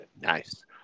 Nice